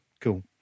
cool